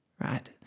Right